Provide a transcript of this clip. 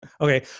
Okay